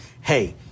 Hey